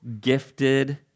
gifted